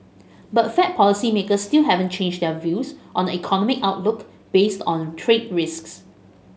but Fed policymakers still haven't changed their views on the economic outlook based on trade risks